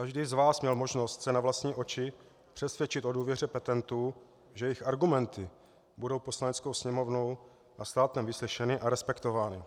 Každý z vás měl možnost se na vlastní oči přesvědčit o důvěře petentů, že jejich argumenty budou Poslaneckou sněmovnou a státem vyslyšeny a respektovány.